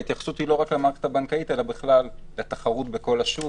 ההתייחסות היא לא רק למערכת הבנקאית אלא בכלל לתחרות בכל השוק